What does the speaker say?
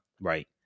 right